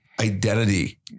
identity